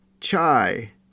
Chai